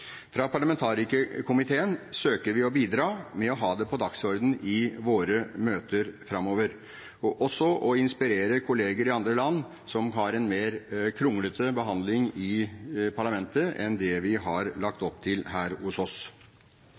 Fra parlamentarikerkomiteen søker vi å bidra med å ha det på dagsordenen i våre møter framover og også å inspirere kolleger i andre land som har en mer kronglete behandling i parlamentet enn det vi har lagt opp til her hos oss.